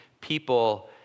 people